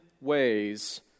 ways